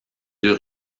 deux